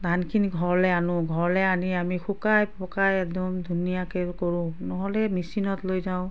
ধানখিনি ঘৰলৈ আনো ঘৰলৈ আনি আমি শুকাই পকাই একদম ধুনীয়াকৈ কৰোঁ নহ'লে মেচিনত লৈ যাওঁ